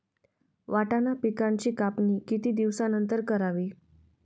वाटाणा पिकांची कापणी किती दिवसानंतर करावी?